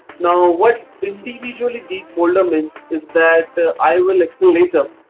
now what individually these folder means is that i will explain later.